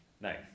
Nice